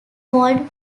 called